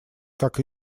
как